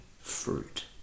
fruit